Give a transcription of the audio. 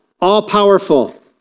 All-powerful